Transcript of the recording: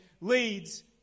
leads